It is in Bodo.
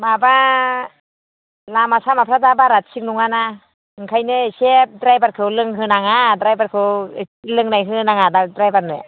माबा लामा सामाफ्रा दा बारा थिक नङा ओंखायनो एसे ड्राइभारखौ लोंहोनाङा ड्राइभारखौ लोंनाय होनाङा ड्राइभारनो